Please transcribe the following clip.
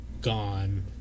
gone